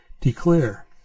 Declare